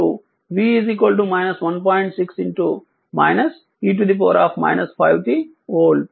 6 e 5 t volt